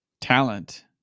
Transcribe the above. talent